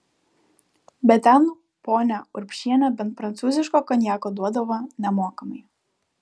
bet ten ponia urbšienė bent prancūziško konjako duodavo nemokamai